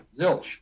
zilch